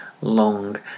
long